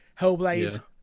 Hellblade